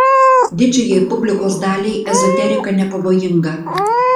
didžiajai publikos daliai ezoterika nepavojinga